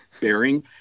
bearing